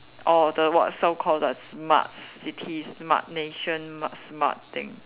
or the what so called the smart city smart nation ma~ smart thing